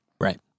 Right